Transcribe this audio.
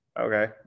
Okay